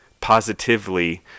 positively